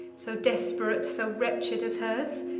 so desperate, so wretched as hers?